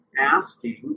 asking